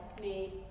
made